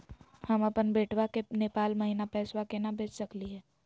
हम अपन बेटवा के नेपाल महिना पैसवा केना भेज सकली हे?